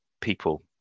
people